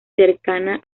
cercana